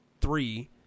three